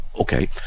Okay